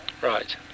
right